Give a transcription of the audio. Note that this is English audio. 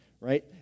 right